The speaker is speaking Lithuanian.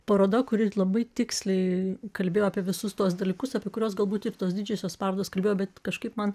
paroda kuri labai tiksliai kalbėjo apie visus tuos dalykus apie kuriuos galbūt ir tos didžiosios parodos kalbėjo bet kažkaip man